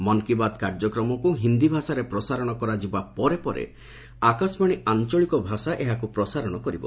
ମନ୍ କି ବାତ୍ କାର୍ଯ୍ୟକ୍ରମକୁ ହିନ୍ଦୀ ଭାଷାରେ ପ୍ରସାରଶ କରାଯିବା ପରେ ପରେ ଆକାଶବାଣୀ ଆଞ୍ଚଳିକ ଭାଷା ଏହାକୁ ପ୍ରସାରଶ କରିବ